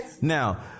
Now